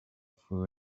through